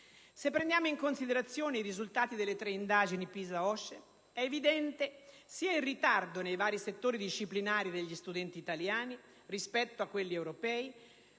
Se prendiamo in considerazione i risultati delle tre indagini PISA-OCSE, è evidente sia il ritardo nei vari settori disciplinari degli studenti italiani rispetto a quelli europei,